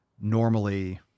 normally